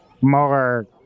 more